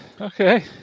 Okay